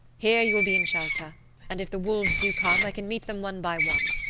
here you will be in shelter and if the wolves do come i can meet them one by one.